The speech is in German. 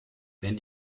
wenn